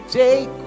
take